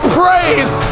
praise